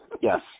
Yes